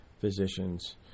physicians